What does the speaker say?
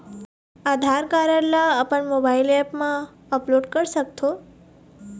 आधार card ला अपन mobile app मा अपलोड कर सकथों?